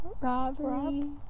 robbery